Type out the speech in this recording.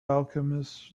alchemists